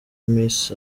miss